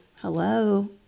Hello